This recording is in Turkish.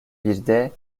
birde